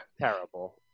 terrible